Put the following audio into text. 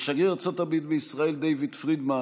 לשגריר ארצות הברית בישראל דייוויד פרידמן